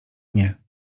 nie